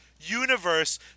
universe